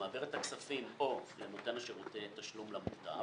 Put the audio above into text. הוא מעביר את הכספים או לנותן שירותי תשלום למוטב